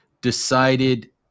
decided